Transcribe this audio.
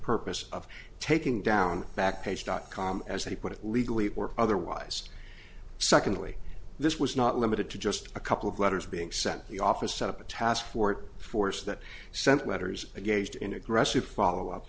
purpose of taking down back page dot com as he put it legally or otherwise secondly this was not limited to just a couple of letters being sent the office set up a task fort force that sent letters gauged in aggressive follow up